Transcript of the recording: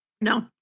No